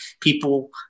people